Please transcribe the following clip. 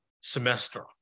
semester